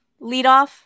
leadoff